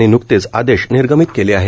यांनी नुकतेच आदेश निर्गमित केले आहेत